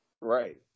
Right